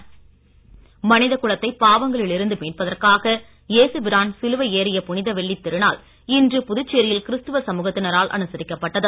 புனிதவெள்ளி மனிதகுலத்தை பாவங்களிலிருந்து மீட்பதற்காக ஏசுபிரான் சிலுவை ஏறிய புனிதவெள்ளி திருநாள் இன்று புதுச்சேரியில் கிறிஸ்துவ சமூகத்தினரால் அனுசரிக்கப்பட்டது